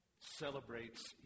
celebrates